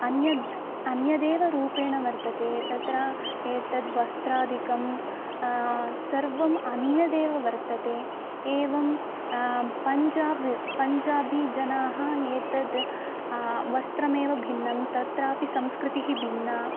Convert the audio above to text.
अन्यद् अन्यदेव रूपेण वर्तते तत्र एतद्वस्त्रादिकं सर्वम् अन्यदेव वर्तते एवं पञ्जाब् पञ्जाबि जनाः एतद् वस्त्रमेव भिन्नं तत्रापि संस्कृतिः भिन्ना